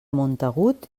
montagut